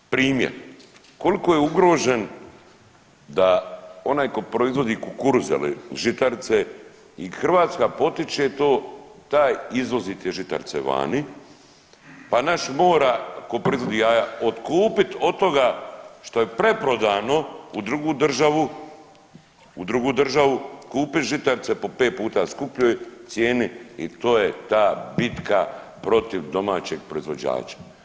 Primjer, kolko je ugrožen da onaj ko proizvodi kukuruz ili žitarice i Hrvatska potiče to, taj izvoz i te žitarice vani, pa naš mora ko proizvodi jaja otkupit od toga što je preprodano u drugu državu, u drugu državu, kupit žitarice po 5 puta skupljoj cijeni i to je ta bitka protiv domaćeg proizvođača.